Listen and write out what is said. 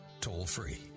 toll-free